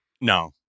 No